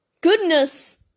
Goodness